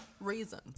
reason